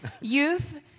Youth